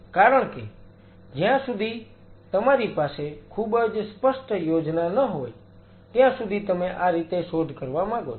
કારણ કે જ્યાં સુધી તમારી પાસે ખૂબજ સ્પષ્ટ યોજના ન હોય ત્યાં સુધી તમે આ રીતે શોધ કરવા માંગો છો